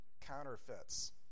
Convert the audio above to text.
counterfeits